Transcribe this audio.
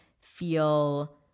feel